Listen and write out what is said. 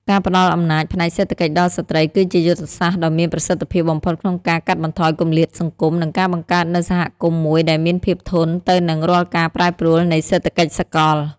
ការផ្ដល់អំណាចផ្នែកសេដ្ឋកិច្ចដល់ស្ត្រី គឺជាយុទ្ធសាស្ត្រដ៏មានប្រសិទ្ធភាពបំផុតក្នុងការកាត់បន្ថយគម្លាតសង្គម និងការបង្កើតនូវសហគមន៍មួយដែលមានភាពធន់ទៅនឹងរាល់ការប្រែប្រួលនៃសេដ្ឋកិច្ចសកល។